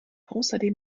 außerdem